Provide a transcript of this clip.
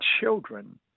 children